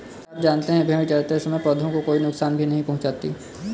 क्या आप जानते है भेड़ चरते समय पौधों को कोई नुकसान भी नहीं पहुँचाती